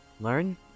learn